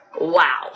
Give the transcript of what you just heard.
wow